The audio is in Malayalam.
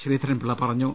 ശ്രീധരൻ പിള്ള പറഞ്ഞു